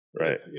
Right